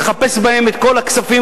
לחפש בו את כל הכספים,